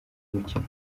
umukino